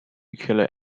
nuclear